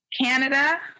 Canada